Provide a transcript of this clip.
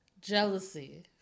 jealousy